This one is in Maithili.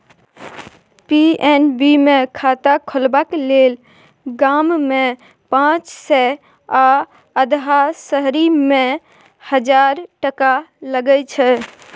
पी.एन.बी मे खाता खोलबाक लेल गाममे पाँच सय आ अधहा शहरीमे हजार टका लगै छै